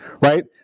Right